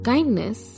Kindness